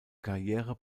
karriere